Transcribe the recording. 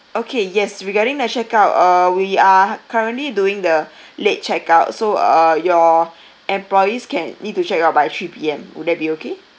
okay yes regarding the check out uh we are currently doing the late check out so uh your employees can need to check out by three P_M would that be okay